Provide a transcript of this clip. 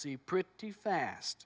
see pretty fast